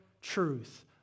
truth